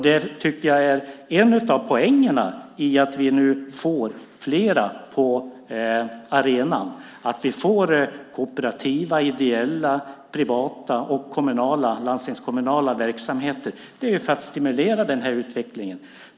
Jag tycker att det är en av poängerna med att vi nu får flera aktörer på arenan. Nu får vi kooperativa, ideella, privata, kommunala och landstingskommunala verksamheter för att stimulera den här utvecklingen.